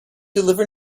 deliver